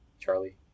Charlie